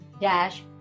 dash